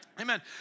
Amen